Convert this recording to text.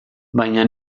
baina